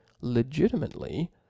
legitimately